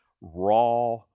raw